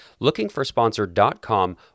Lookingforsponsor.com